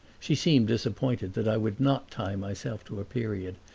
she seemed disappointed that i would not tie myself to a period,